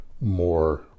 more